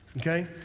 Okay